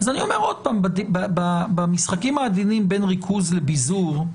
אני אומר שוב שבמשחקים העדינים בין ריכוז לביזור,